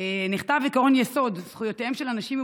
נכתב עקרון יסוד: "זכויותיהם של אנשים עם